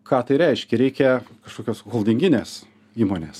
ką tai reiškia reikia kažkokios holdinginės įmonės